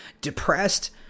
depressed